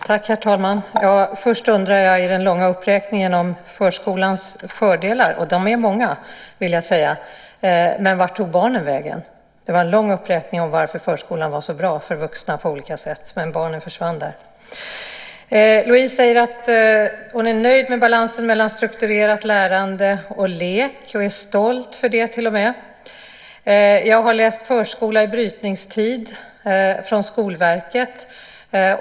Herr talman! Först undrar jag över den långa uppräkningen av förskolans fördelar. De är många, vill jag säga. Men vart tog barnen vägen? Det var en lång uppräkning om varför förskolan var så bra för vuxna på olika sätt, men barnen försvann där. Louise säger att hon är nöjd med balansen mellan strukturerat lärande och lek. Hon är till och med stolt för det. Jag har läst Förskola i brytningstid från Skolverket.